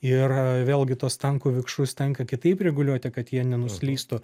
ir vėlgi tuos tankų vikšrus tenka kitaip reguliuoti kad jie nenuslystų